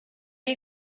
are